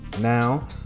Now